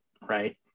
right